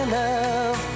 love